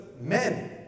men